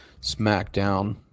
SmackDown